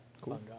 Cool